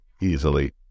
easily